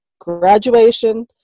graduation